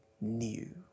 new